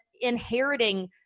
inheriting